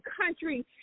country